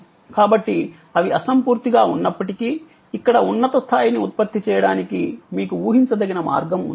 కాబట్టి అవి అసంపూర్తిగా ఉన్నప్పటికీ ఇక్కడ ఉన్నత స్థాయిని ఉత్పత్తి చేయడానికి మీకు ఊహించదగిన మార్గం ఉంది